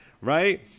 right